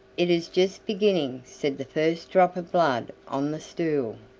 it is just beginning, said the first drop of blood on the stool.